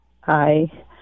Hi